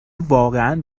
واقعا